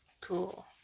Cool